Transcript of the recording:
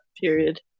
period